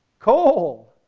coal!